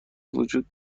وجود